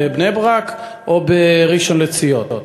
בבני-ברק ובראשון-לציון.